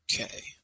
Okay